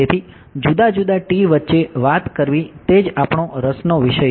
તેથી જુદા જુદા T વચ્ચે વાત કરવી તે જ આપણો રસનો વિષય છે